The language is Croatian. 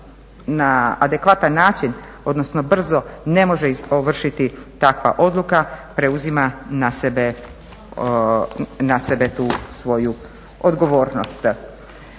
na adekvatan način, odnosno brzo ne može ovršiti takva odluka preuzima na sebe tu svoju odgovornost.